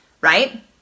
right